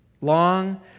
Long